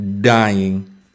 dying